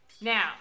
Now